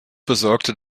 besorgte